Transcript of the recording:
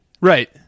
Right